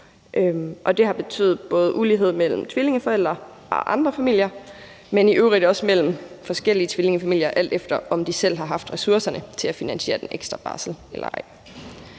det har betydet både ulighed mellem tvillingeforældre og andre familier, men i øvrigt også mellem forskellige tvillingefamilier, alt efter om de selv har haft ressourcerne til at finansiere den ekstra barsel eller ej.